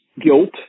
guilt